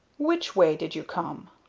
which way did you come?